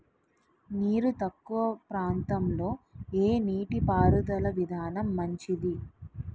నీరు తక్కువ ప్రాంతంలో ఏ నీటిపారుదల విధానం మంచిది?